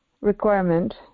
requirement